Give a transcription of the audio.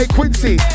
Quincy